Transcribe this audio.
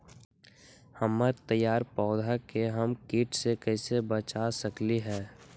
हमर तैयार पौधा के हम किट से कैसे बचा सकलि ह?